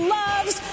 loves